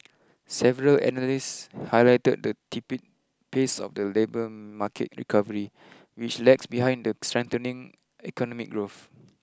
several analysts highlighted the tepid pace of the labour market recovery which lags behind the strengthening economic growth